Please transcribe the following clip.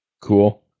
Cool